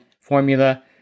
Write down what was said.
formula